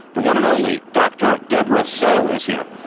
the one and only dr. debra soh is here.